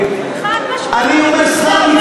אני אומר שכר מצווה,